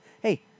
hey